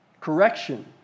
Correction